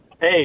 Hey